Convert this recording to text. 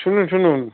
শুনুন শুনুন